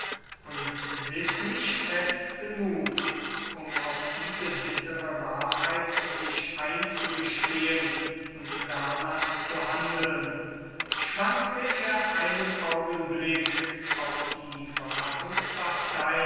und sittlich fest genug um auch diese bittere wahrheit sich einzugestehen und danach zu handeln schwankte er einen augenblick ob die verfassungspartei